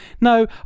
no